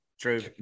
True